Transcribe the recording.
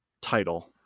title